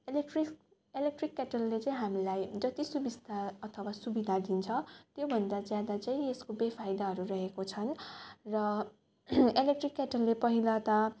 electric electric केटलले चाहिँ हामीलाई जति सुबिस्ता अथवा सुविधा दिन्छ त्योभन्दा ज्यादा चाहिँ यसको बेफाइदाहरू रहेको छन् र इलेक्ट्रिक केटलले पहिला त